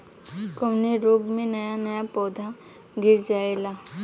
कवने रोग में नया नया पौधा गिर जयेला?